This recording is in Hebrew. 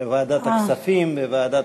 תחושה מוזרה משהו במליאה,